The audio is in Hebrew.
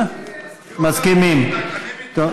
מסכימים, מסכימים.